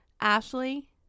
Ashley